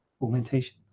augmentation